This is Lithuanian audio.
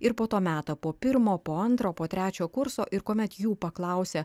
ir po to meta po pirmo po antro po trečio kurso ir kuomet jų paklausia